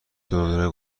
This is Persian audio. دوره